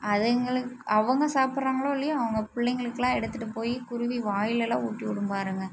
அதுங்களுக் அவங்க சாப்பிட்றாங்களோ இல்லையோ அவங்க பிள்ளைங்களுக்கலாம் எடுத்துகிட்டு போய் குருவி வாயிலலாம் ஊட்டிவிடும் பாருங்கள்